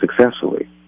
successfully